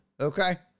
Okay